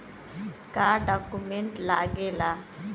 का डॉक्यूमेंट लागेला?